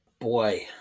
Boy